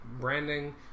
branding